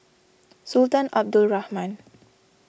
Sultan Abdul Rahman